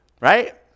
right